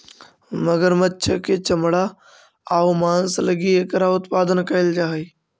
मगरमच्छ के चमड़ा आउ मांस लगी एकरा उत्पादन कैल जा हइ